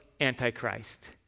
antichrist